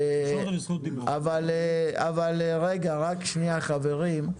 אבל רגע, רק שנייה, חברים,